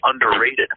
underrated